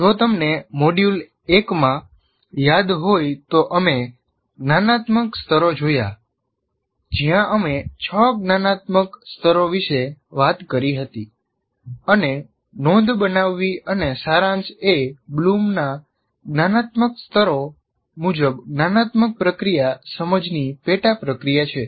જો તમને મોડ્યુલ 1 માં યાદ હોય તો અમે જ્ઞાનાત્મક સ્તરો જોયા જ્યાં અમે છ જ્ઞાનાત્મક સ્તરો વિશે વાત કરી હતી અને નોંધ બનાવવી અને સારાંશ એ બ્લૂમના જ્ઞાનાત્મક સ્તરો મુજબ જ્ઞાનાત્મક પ્રક્રિયા સમજ ની પેટા પ્રક્રિયા છે